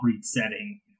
setting